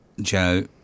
Joe